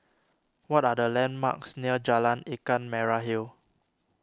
what are the landmarks near Jalan Ikan Merah Hill